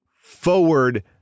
forward